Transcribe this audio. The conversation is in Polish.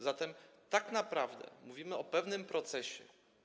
Zatem tak naprawdę mówimy o pewnym procesie.